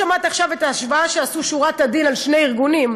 לא שמעת עכשיו את ההשוואה שעשו "שורת הדין" בין שני ארגונים,